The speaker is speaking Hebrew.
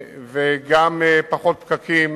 וגם פחות פקקים